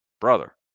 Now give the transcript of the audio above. Brother